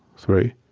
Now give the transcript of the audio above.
three,